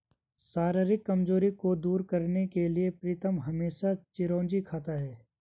शारीरिक कमजोरी को दूर करने के लिए प्रीतम हमेशा चिरौंजी खाता है